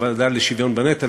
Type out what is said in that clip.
הוועדה לשוויון בנטל,